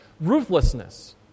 ruthlessness